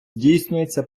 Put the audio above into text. здійснюється